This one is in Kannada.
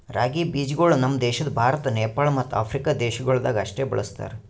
ರಾಗಿ ಬೀಜಗೊಳ್ ನಮ್ ದೇಶ ಭಾರತ, ನೇಪಾಳ ಮತ್ತ ಆಫ್ರಿಕಾ ದೇಶಗೊಳ್ದಾಗ್ ಅಷ್ಟೆ ಬೆಳುಸ್ತಾರ್